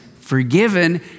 forgiven